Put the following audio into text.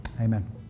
Amen